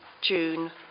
June